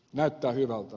näyttää hyvältä